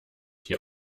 die